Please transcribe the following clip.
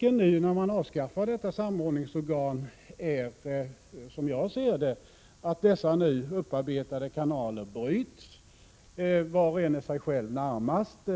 När man avskaffar detta samordningsorgan är risken, som jag ser det, att dessa nu upparbetade kanaler bryts. Var och en är sig själv närmast.